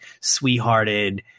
sweethearted